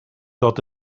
dod